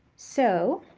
so,